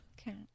Okay